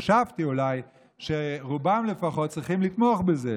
חשבתי, אולי, שרובם לפחות צריכים לתמוך בזה,